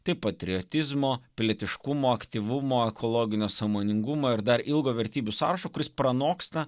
tai patriotizmo pilietiškumo aktyvumo ekologinio sąmoningumo ir dar ilgo vertybių sąrašo kuris pranoksta